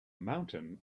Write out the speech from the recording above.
mountain